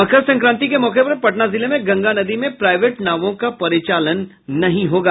मकर संक्रांति के मौके पर पटना जिले में गंगा नदी में प्राईवेट नावों का परिचालन नहीं होगा